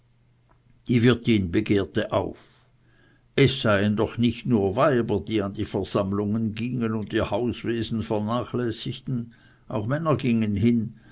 die wirtin begehrte auf es seien doch nicht nur weiber die an die versammlungen gingen und ihr hauswesen vernachlässigten auch männer gingen hin